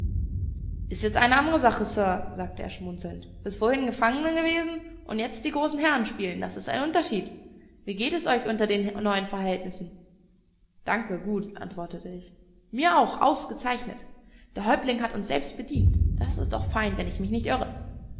ist jetzt eine andere sache sir sagte er schmunzelnd bis vorhin gefangene gewesen und jetzt die großen herren spielen das ist ein unterschied wie geht es euch unter den neuen verhältnissen danke gut antwortete ich mir auch ausgezeichnet der häuptling hat uns selbst bedient das ist doch fein wenn ich mich nicht irre